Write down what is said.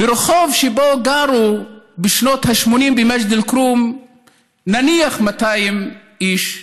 ברחוב שבו גרו בשנות ה-80 במג'דל כרום נניח 200 איש,